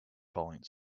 falling